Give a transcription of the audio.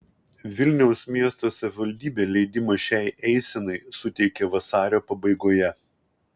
vilniaus miesto savivaldybė leidimą šiai eisenai suteikė vasario pabaigoje